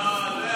לא, לא,